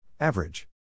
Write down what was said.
Average